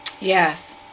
Yes